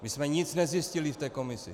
My jsme nic nezjistili v té komisi.